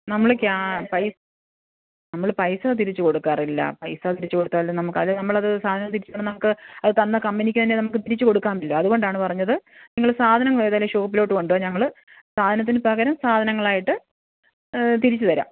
നമ്മള് ക്യാ പൈ നമ്മള് പൈസ തിരിച്ച് കൊടുക്കാറില്ല പൈസ തിരിച്ച് കൊടുത്താല് നമുക്ക് അത് നമ്മളത് സാധനം തിരി നമുക്ക് അത് തന്ന കമ്പനിക്ക് തന്നെ നമുക്ക് തിരിച്ച് കൊടുക്കാമല്ലോ അതുകൊണ്ടാണ് പറഞ്ഞത് നിങ്ങള് സാധങ്ങളേതായാലും ഷോപ്പിലോട്ട് കൊണ്ട് വാ ഞങ്ങള് സാധനത്തിന് പകരം സാധങ്ങളായിട്ട് തിരിച്ച് തരാം